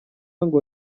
ngo